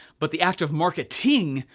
but the act of marketing,